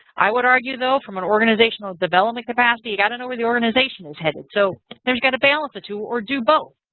i would argue though from an organizational development capacity, you've got to know where the organization is headed. so you've got to balance the two or do both.